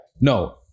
no